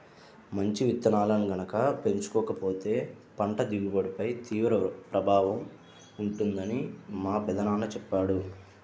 మంచి విత్తనాలను గనక ఎంచుకోకపోతే పంట దిగుబడిపై తీవ్ర ప్రభావం ఉంటుందని మా పెదనాన్న చెప్పాడు